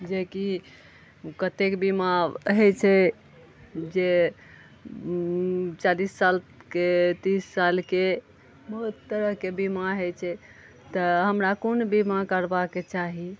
जेकि कत्तेक बीमा होइ छै जे ओ चालीस सालके तीस सालके बहुत तरहके बीमा होइ छै तऽ हमरा कोन बीमा करबाके चाही